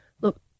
look